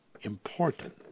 important